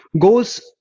goes